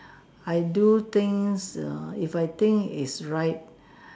I do things err if I think it's right